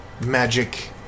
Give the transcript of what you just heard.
magic